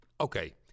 Okay